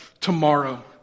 tomorrow